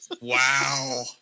Wow